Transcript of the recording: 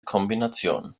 kombination